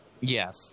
Yes